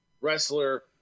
wrestler